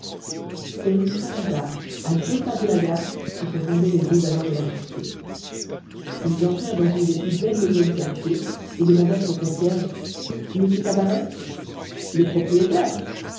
c'est rue saint-lazare à deux pas de la gare que se rendaient les deux agents de la sûreté ils entrèrent dans une des plus belles maisons du quartier et demandèrent au concierge m tabaret le propriétaire